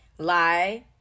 lie